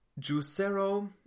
Juicero